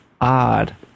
odd